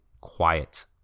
quiet